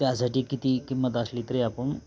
त्यासाठी किती किंमत असली तरी आपण